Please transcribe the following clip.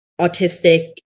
autistic